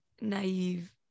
naive